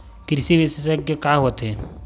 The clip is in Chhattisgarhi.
कृषि विशेषज्ञ का होथे?